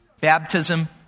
Baptism